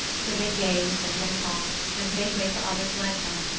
so they gazed and went on, and made way for others like them,